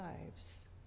lives